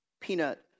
peanut